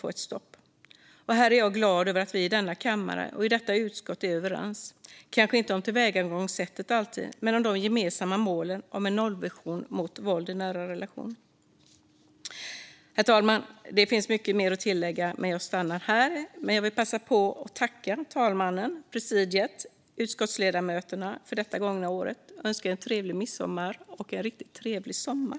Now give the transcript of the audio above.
Jag är glad över att vi i denna kammare och i detta utskottet är överens, kanske inte alltid om tillvägagångssättet men om de gemensamma målen om en nollvision när det gäller våld i nära relation. Herr talman! Det finns mycket mer att tillägga, men jag stannar här. Jag vill passa på att tacka talmannen, presidiet och utskottsledamöterna för detta gångna år. Jag önskar er trevlig midsommar och en riktigt trevlig sommar.